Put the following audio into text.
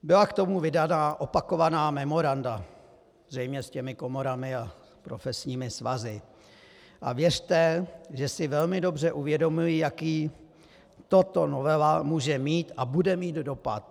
Byla k tomu vydaná opakovaná memoranda, zřejmě s těmi komorami a profesními svazy, a věřte, že si velmi dobře uvědomuji, jaký tato novela může mít a bude mít dopad.